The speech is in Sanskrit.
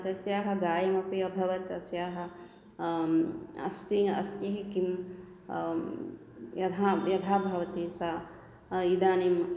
तस्याः गायम् अपि अभवत् तस्याः अस्ति अस्ति किं यथा ह्म् यथा भवति सा इदानीम्